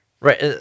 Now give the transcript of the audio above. Right